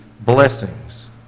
blessings